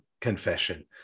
confession